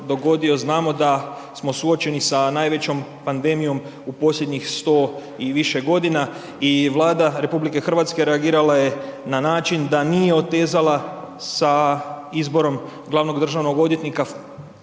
znamo da smo suočeni sa najvećom pandemijom u posljednjih 100 i više godina i Vlada RH reagirala je na način da nije otezala sa izborom glavnog državnog odvjetnika,